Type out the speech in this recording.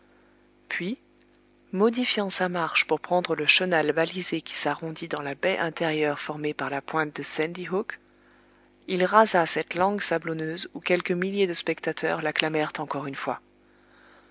puis modifiant sa marche pour prendre le chenal balisé qui s'arrondit dans la baie intérieure formée par la pointe de sandy hook il rasa cette langue sablonneuse où quelques milliers de spectateurs l'acclamèrent encore une fois